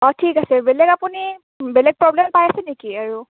অঁ ঠিক আছে বেলেগ আপুনি বেলেগ প্ৰব্লেম পাই আছে নেকি আৰু